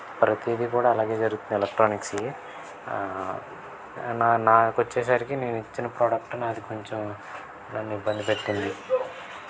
ప్రతిదీ కూడా అలాగే జరుగుతుంది ఎలక్ట్రానిక్స్ అవి నా నాకు వచ్చేసరికి నేను ఇచ్చిన ప్రాడక్ట్ నాది కొంచెం నన్ను ఇబ్బంది పెట్టింది